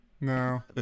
No